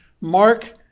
mark